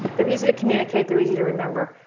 they're easy to communicate. they're easy to remember.